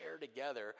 together